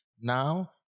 Now